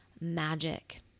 magic